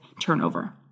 turnover